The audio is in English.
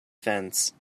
fence